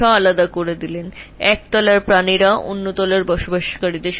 সুতরাং একটি তল অন্যটির সাথে যোগাযোগ করতে পারে নি